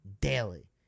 daily